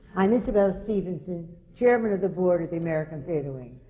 i'm isabelle stevenson, chairman of the board of the american theatre wing.